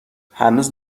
هنوز